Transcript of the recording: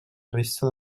resta